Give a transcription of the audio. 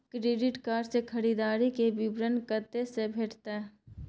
Credit card से खरीददारी के विवरण कत्ते से भेटतै?